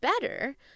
better